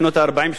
שנות ה-50.